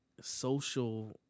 social